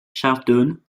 charlton